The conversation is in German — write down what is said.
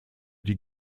die